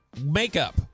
Makeup